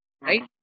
Right